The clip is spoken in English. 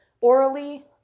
orally